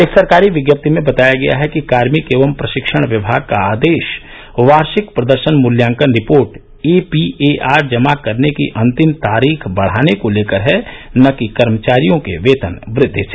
एक सरकारी विज्ञप्ति में बताया गया है कि कार्मिक एवं प्रशिक्षण विमाग का आदेश वार्षिक प्रदर्शन मुत्यांकन रिपोर्ट एपीएआर जमा करने की अंतिम तारीख बढाने को लेकर है न कि कर्मचारियों के वेतन वृद्धि से